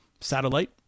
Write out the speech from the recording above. satellite